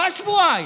מה שבועיים?